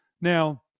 Now